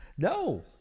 No